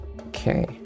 Okay